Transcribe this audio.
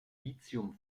lithium